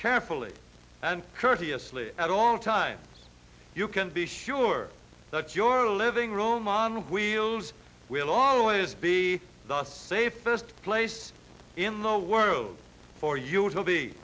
carefully and courteously at all times you can be sure that your living room wheels will always be the safest place in the world for you